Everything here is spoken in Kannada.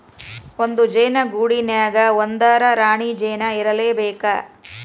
ಒಂದ ಜೇನ ಗೂಡಿನ್ಯಾಗ ಒಂದರ ರಾಣಿ ಜೇನ ಇರಲೇಬೇಕ